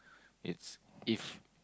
it's if